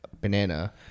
banana